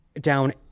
down